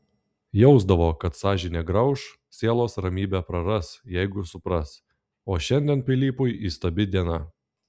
jausdavo kad sąžinė grauš sielos ramybę praras jeigu supras o šiandien pilypui įstabi diena